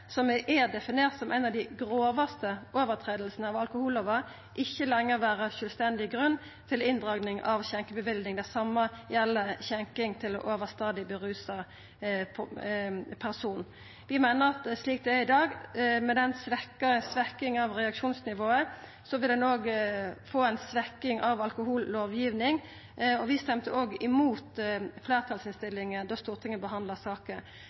er definert som eit av dei grovaste brota på alkohollova, ikkje lenger vera ein sjølvstendig grunn til inndraging av skjenkeløyvet. Det same gjeld skjenking av overstadig rusa personar. Vi meiner at slik det er i dag, med denne svekkinga av reaksjonsnivået, vil ein òg få ei svekking av alkohollovgivinga. Vi røysta imot fleirtalsinnstillinga da Stortinget behandla